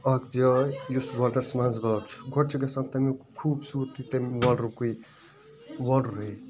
اَکھ جاے یُس وۄلرَس مَنٛزباگ چھُ گۄڈٕ چھِ گَژھان تمیُک خوٗبصوٗرتی تَمہِ وۄلرُکُے وۄلرے